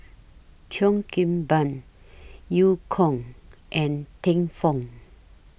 Cheo Kim Ban EU Kong and Teng Fong